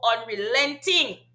unrelenting